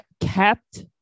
kept